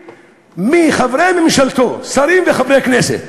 ומחברי ממשלתו, שרים וחברי כנסת,